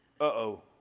uh-oh